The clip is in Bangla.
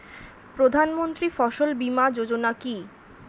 প্রধানমন্ত্রী ফসল বীমা যোজনা কি?